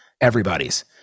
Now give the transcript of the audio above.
everybody's